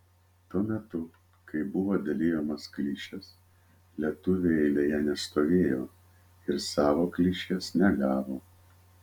tuo metu kai buvo dalijamos klišės lietuviai eilėje nestovėjo ir savo klišės negavo